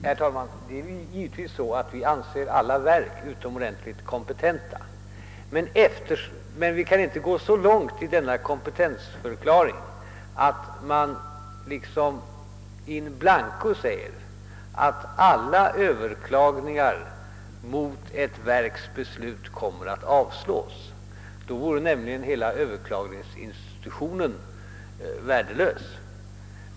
Herr talman! Vi anser givetvis alla verk utomordentligt kompetenta, men vi kan inte gå så långt i denna kompe tensförklaring att vi in blanco säger att alla överklaganden mot ett verks beslut kommer att avslås. Då vore nämligen hela överklagningsinstitutionen värdelös.